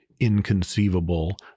inconceivable